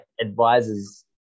advisors